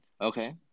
Okay